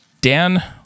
Dan